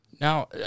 Now